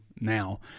now